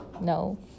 no